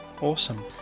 awesome